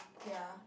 ya